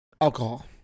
alcohol